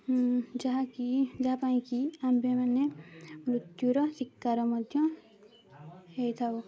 ଯାହାକି ଯାହାପାଇଁକି ଆମ୍ଭେମାନେ ମୃତ୍ୟୁର ଶିକାର ମଧ୍ୟ ହେଇଥାଉ